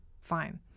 fine